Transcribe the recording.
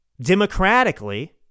democratically